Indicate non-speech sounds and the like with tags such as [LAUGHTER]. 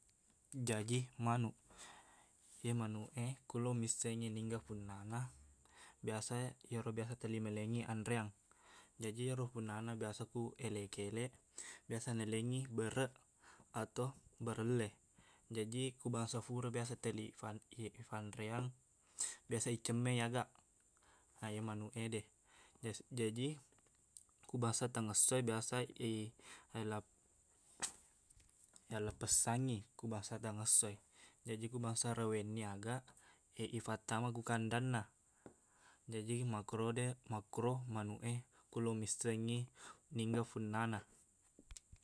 [NOISE] Jaji manuq. Iye manuq e ko meloq missengngi niga punnana biasa ero biasa telli malengngi anreang. Jaji ero punnana biasa ku eleq-keleq, biasa nalengngi bereq ato barelle. Jaji ko bangsa fura biasa telli fan- iye- fanreang, [NOISE] biasai cemme aga aya manuq ede. Ja- jaji, ko bangsa tangassoi, biasa i relap- [NOISE] iyallappessangngi ku bangsa tangassoi. Jaji ko bangsa arawengni aga, [HESITATION] ifattama ko kandanna. Jaji makkorode- makkoro manuq e kolo missengngi ningga funnana.